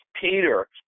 Peter